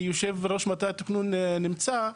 יושב-ראש מטה התכנון נמצא,